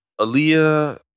Aaliyah